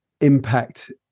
impact